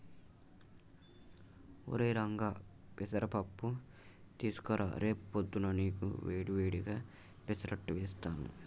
ఒరై రంగా పెసర పప్పు తీసుకురా రేపు పొద్దున్నా నీకు వేడి వేడిగా పెసరట్టు వేస్తారు